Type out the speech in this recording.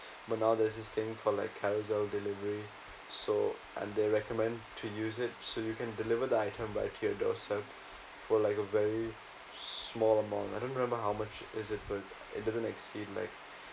but now there's this thing for like Carousell delivery so and they recommend to use it so you can deliver the item by to your doorstep for like a very small amount I don't remember how much is it but it doesn't exceed like